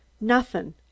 Nothing